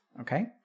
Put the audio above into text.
Okay